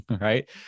right